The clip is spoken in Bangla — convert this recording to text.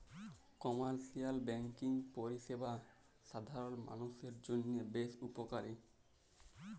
কমার্শিয়াল ব্যাঙ্কিং পরিষেবা সাধারল মালুষের জন্হে বেশ উপকারী